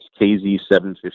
KZ750